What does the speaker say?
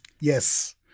Yes